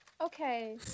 Okay